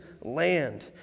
land